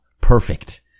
Perfect